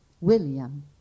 William